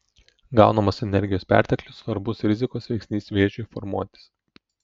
gaunamos energijos perteklius svarbus rizikos veiksnys vėžiui formuotis